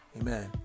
Amen